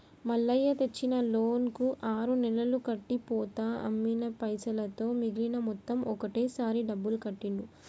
మల్లయ్య తెచ్చిన లోన్ కు ఆరు నెలలు కట్టి పోతా అమ్మిన పైసలతో మిగిలిన మొత్తం ఒకటే సారి డబ్బులు కట్టిండు